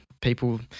people